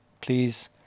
please